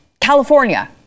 california